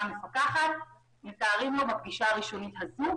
המפקחת מתארים לו בפגישה הראשונית הזו,